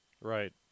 Right